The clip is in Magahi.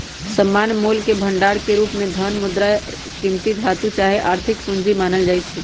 सामान्य मोलके भंडार के रूप में धन, मुद्रा, कीमती धातु चाहे आर्थिक पूजी मानल जाइ छै